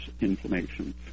inflammation